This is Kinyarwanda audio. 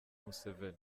museveni